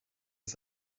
ist